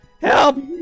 help